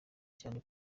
cyane